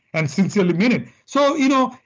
and since every minute. so you know,